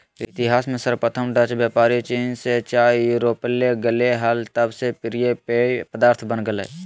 इतिहास में सर्वप्रथम डचव्यापारीचीन से चाययूरोपले गेले हल तब से प्रिय पेय पदार्थ बन गेलय